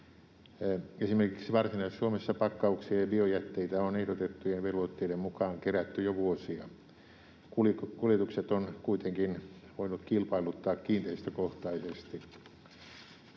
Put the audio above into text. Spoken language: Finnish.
Esimerkiksi Varsinais-Suomessa pakkauksia ja biojätteitä on ehdotettujen velvoitteiden mukaan kerätty jo vuosia. Kuljetukset on kuitenkin voinut kilpailuttaa kiinteistökohtaisesti.